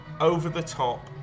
over-the-top